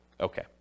Okay